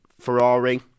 Ferrari